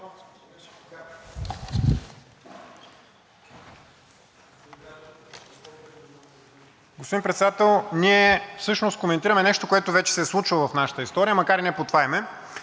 Господин Председател, ние всъщност коментираме нещо, което вече се е случвало в нашата история, макар и не под това име.